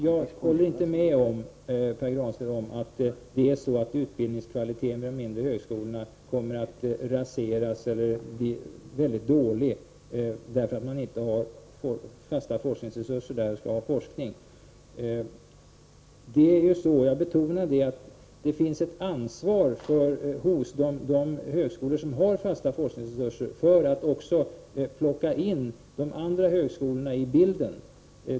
Jag håller inte med Pär Granstedt om att utbildningskvaliteten vid de mindre högskolorna kommer att raseras eller bli mycket dålig därför att man inte får fasta forskningsresurser där. Jag betonar att de högskolor som har fasta forskningsresurser har ett ansvar för att ta med de andra högskolorna i bilden.